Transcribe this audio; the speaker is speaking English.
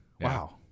Wow